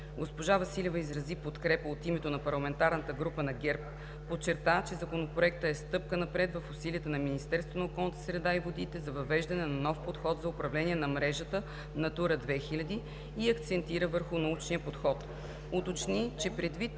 Госпожа Василева изрази подкрепа от името на парламентарната група на ГЕРБ. Подчерта, че Законопроектът е стъпка напред в усилията на Министерството на околната среда и водите за въвеждане на нов подход за управление на мрежата „Натура 2000“ и акцентира върху научния подход.